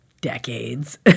decades